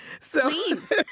Please